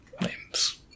names